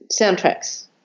soundtracks